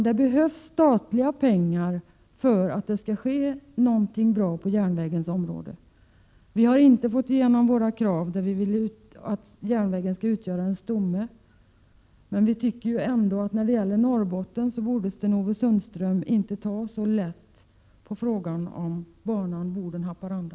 Det behövs statliga pengar för att det skall ske något bra på järnvägens område. Vi har inte fått igenom våra krav på att järnvägen skall utgöra en stomme. Men vi tycker ändå att Sten-Ove Sundström när det gäller Norrbotten inte borde ta så lätt på frågan om banan Boden-Haparanda.